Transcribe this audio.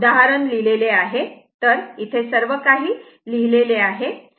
तर सर्व काही लिहिलेले आहे